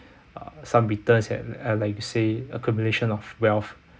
uh some returns and like you say accumulation of wealth